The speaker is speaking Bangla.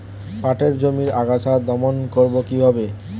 পাটের জমির আগাছা দমন করবো কিভাবে?